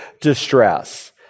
distress